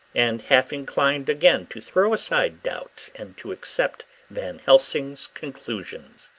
and half inclined again to throw aside doubt and to accept van helsing's conclusions.